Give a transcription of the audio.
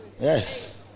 yes